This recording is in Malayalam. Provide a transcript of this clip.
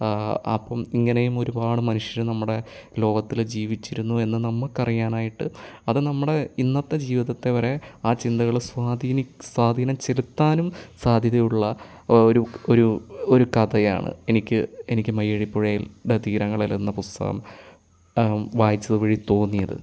അപ്പം ഇങ്ങനെയും ഒരുപാട് മനുഷ്യർ നമ്മുടെ ലോകത്തിൽ ജീവിച്ചിരുന്നു എന്ന് നമുക്ക് അറിയാൻ ആയിട്ട് അത് നമ്മുടെ ഇന്നത്തെ ജീവിതത്തെ വരെ ആ ചിന്തകൾ സ്വാധീനി സ്വാധീനം ചെലുത്താനും സാധ്യതയുള്ള ആ ഒരു ഒരു ഒരു കഥയാണ് എനിക്ക് എനിക്ക് മയ്യഴിപ്പുഴയിൽ യുടെ തീരങ്ങളിൽ എന്ന പുസ്തകം വായിച്ചത് വഴി തോന്നിയത്